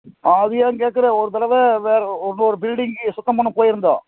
அது ஏன் கேட்குற ஒரு தடவை வேறு இன்னொரு பில்டிங்கு சுத்தம் பண்ண போயிருந்தோம்